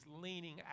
leaning